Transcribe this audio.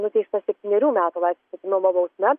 nuteistas septynerių metų laisvės atėmimo bausme